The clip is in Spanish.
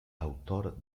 autor